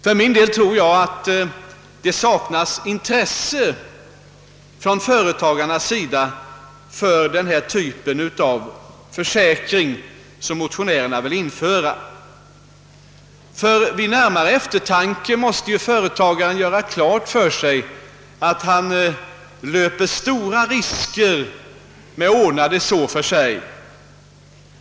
För min del tror jag att det saknas intresse från företagarnas sida för den typ av försäkring som motionärerna vill införa. Vid närmare eftertanke måste företagaren göra klart för sig att han löper stora risker genom att ordna det så för sig.